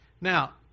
Now